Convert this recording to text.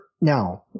Now